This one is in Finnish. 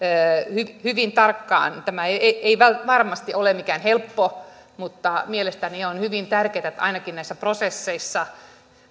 hyvin tarkkaan tämä ei ei varmasti ole mikään helppo mutta mielestäni on hyvin tärkeätä että ainakin näissä prosesseissa